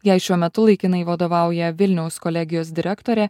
jai šiuo metu laikinai vadovauja vilniaus kolegijos direktorė